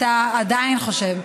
אתה עדיין חושב,